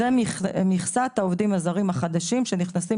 זו מכסת העובדים הזרים החדשים שנכנסים